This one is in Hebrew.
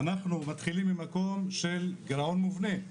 אנחנו מתחילים ממקום של גירעון מובנה.